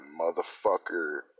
motherfucker